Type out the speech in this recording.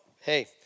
hey